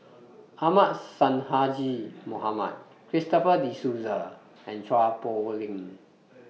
Ahmad Sonhadji Mohamad Christopher De Souza and Chua Poh Leng